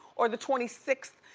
or the twenty sixth?